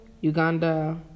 Uganda